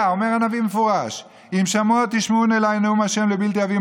אומר הנביא במפורש: "והיה אם שמֹע תשמעון אלי נאם ה'